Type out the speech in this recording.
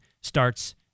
starts